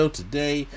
today